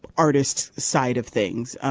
artist side of things.